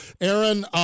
Aaron –